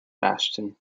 ashton